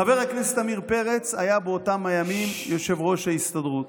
חבר הכנסת עמיר פרץ היה באותם הימים יושב-ראש ההסתדרות.